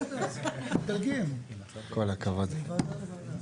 כן, מדלגים מוועדה לוועדה.